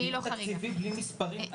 דיון תקציבי בלי מספרים?